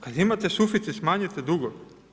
Kada imate suficit smanjite dugove.